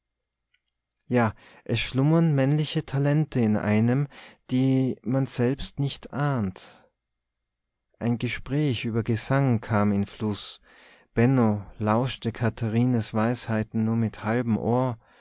ja es schlummern männliche talente in einem die man selbst nicht ahnt ein gespräch über gesang kam in fluß benno lauschte katharines weisheiten nur mit halbem ohr